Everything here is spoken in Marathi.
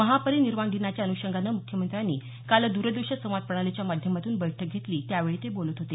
महापरिनिर्वाण दिनाच्या अनुषगानं मुख्यमंत्र्यांनी काल दुरदुश्य संवाद प्रणालीच्या माध्यमातून बैठक घेतली त्यावेळी ते बोलत होते